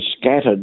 scattered